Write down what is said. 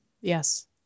Yes